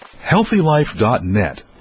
HealthyLife.net